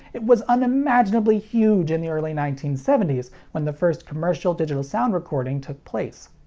it was unimaginably huge in the early nineteen seventy s, when the first commercial digital sound recording took place.